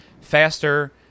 faster